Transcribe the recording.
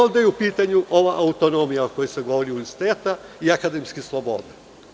Ovde je u pitanju ova autonomija o kojoj se govori i akademske slobode.